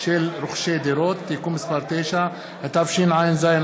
של רוכשי דירות) (תיקון מס' 9),